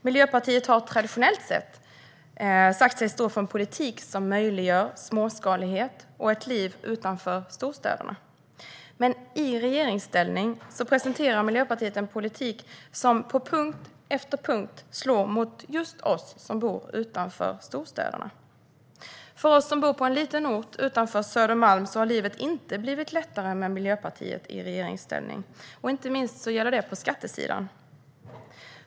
Miljöpartiet har traditionellt sett sagt sig stå för en politik som möjliggör småskalighet och ett liv utanför storstäderna. Men i regeringsställning presenterar Miljöpartiet en politik som på punkt efter punkt slår just mot oss som bor utanför storstäderna. För oss som bor på en liten ort utanför Södermalm har livet inte blivit lättare med Miljöpartiet i regeringsställning. Inte minst gäller det på skattesidan.